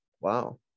Wow